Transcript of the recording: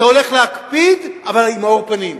אתה הולך להקפיד, אבל עם מאור פנים,